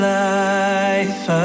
life